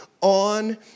on